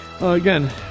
Again